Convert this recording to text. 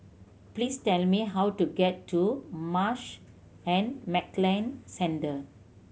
please tell me how to get to Marsh and McLennan Centre